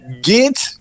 get